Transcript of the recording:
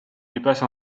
dépasse